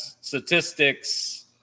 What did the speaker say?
statistics